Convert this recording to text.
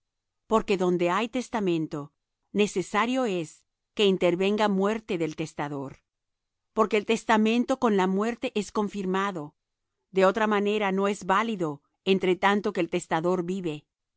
porque donde hay testamento necesario es que intervenga muerte del testador porque el testamento con la muerte es confirmado de otra manera no es válido entre tanto que el testador vive